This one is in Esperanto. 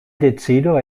decido